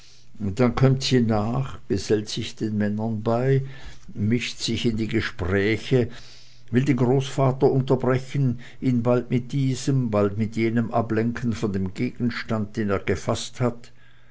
dann kömmt sie nach gesellt sich den männern bei mischt sich in die gespräche will den großvater unterbrechen ihn bald mit diesem bald mit jenem ablenken von dem gegenstand den er gefaßt hat